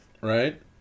Right